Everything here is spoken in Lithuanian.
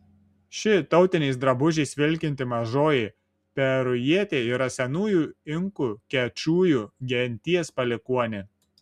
ši tautiniais drabužiais vilkinti mažoji perujietė yra senųjų inkų kečujų genties palikuonė